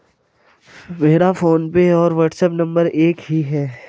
मेरा फोनपे और WhatsApp number एक ही है